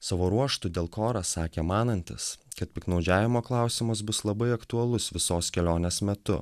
savo ruožtu delkoras sakė manantis kad piktnaudžiavimo klausimas bus labai aktualus visos kelionės metu